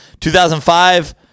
2005